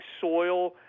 soil